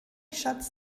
schatz